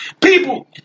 people